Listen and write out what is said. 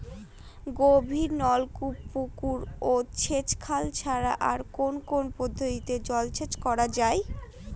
গভীরনলকূপ পুকুর ও সেচখাল ছাড়া আর কোন কোন পদ্ধতিতে জলসেচ করা যায়?